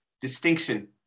distinction